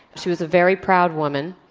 she was a very proud woman,